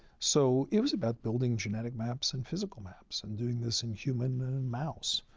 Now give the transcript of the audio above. so, it was about building genetic maps and physical maps and doing this in human and mouse.